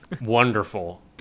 Wonderful